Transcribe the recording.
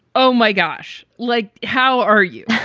oh my gosh. like, how are you?